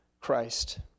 Christ